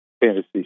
fantasy